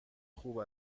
خوب